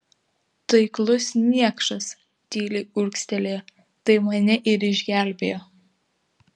taiklus niekšas tyliai urgztelėjo tai mane ir išgelbėjo